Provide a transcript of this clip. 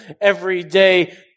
everyday